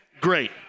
great